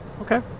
Okay